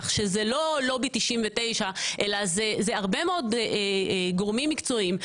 כך שזה לא לובי 99 אלא זה הרבה מאוד גורמים מקצועיים.